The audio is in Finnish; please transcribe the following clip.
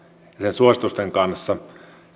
suositusten kanssa